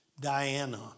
Diana